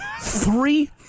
Three